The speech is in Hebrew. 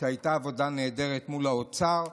הייתה עבודה נהדרת מול האוצר.